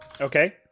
Okay